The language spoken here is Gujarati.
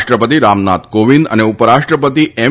રાષ્ટ્રપતિ રામનાથ કોવિંદ અને ઉપરાષ્ટ્રપતિ એમ